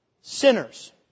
sinners